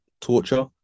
torture